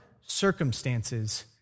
circumstances